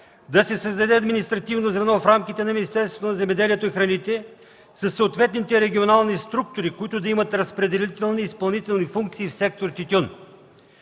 да се създаде административно звено в рамките на Министерството на земеделието и храните със съответните регионални структури, които да имат разпределителни и изпълнителни функции в сектор „Тютюн“.